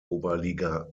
oberliga